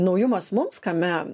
naujumas mums kame